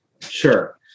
Sure